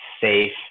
safe